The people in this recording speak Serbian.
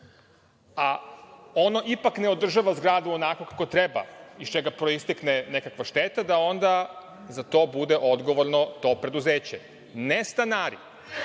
a ono ipak ne održava zgradu onako kako treba, iz čega proistekne nekakva šteta, da onda za to bude odgovorno to preduzeće, ne stanari,